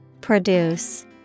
Produce